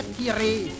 tirer